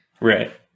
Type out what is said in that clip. Right